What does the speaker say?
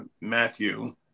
Matthew